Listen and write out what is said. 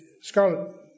scarlet